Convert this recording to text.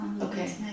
Okay